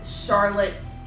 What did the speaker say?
Charlotte's